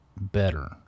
better